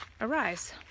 arise